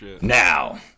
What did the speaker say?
Now